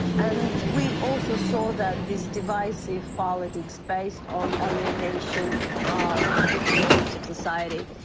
and we also saw that this divisive politics based on alienation ah of the different groups of society,